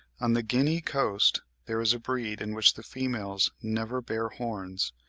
on the guinea coast there is a breed in which the females never bear horns,